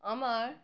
আমার